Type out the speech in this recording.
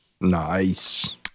Nice